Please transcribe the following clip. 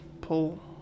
pull